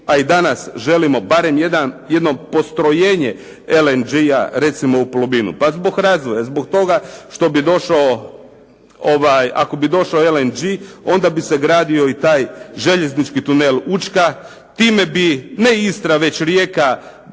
a i danas želimo barem jedno postrojenje LNG recimo u Plominu? Pa zbog razvoja, zbog toga što bi došao ako bi došao LNG onda bi se gradio i taj željeznički tunel Učka. Time bi ne Istra već Rijeka i cijela